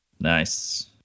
Nice